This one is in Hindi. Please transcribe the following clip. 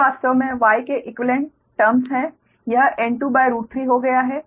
ये वास्तव में Y के इक्वीवेलेंट टर्न्स हैं यह N23 हो गया है